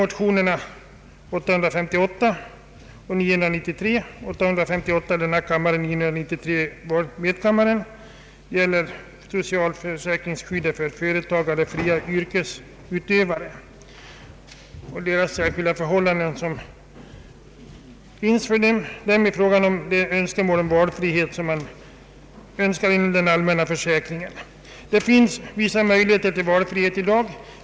Motionerna 1: 858 och II: 993 gäller socialförsäkringsskyddet för företagare och fria yrkesutövare och de särskilda önskemål om valfrihet som denna kategori har inom den allmänna försäkringen. Det finns vissa möjligheter till valfrihet i dag.